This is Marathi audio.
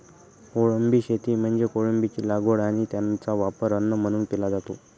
कोळंबी शेती म्हणजे कोळंबीची लागवड आणि त्याचा वापर अन्न म्हणून केला जातो